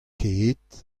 ket